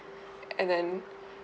and then